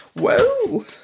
Whoa